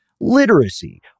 literacy